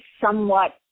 somewhat